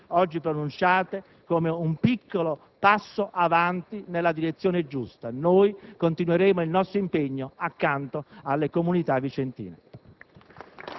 molto difficili e che possono portare alla «irachizzazione» della situazione afghana. Governare vuol dire ascoltare,